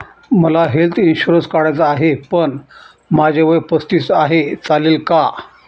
मला health insurance काढायचा आहे पण माझे वय पस्तीस आहे, चालेल का?